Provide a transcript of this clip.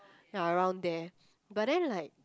ya around there but then like